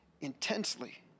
intensely